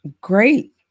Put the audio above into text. great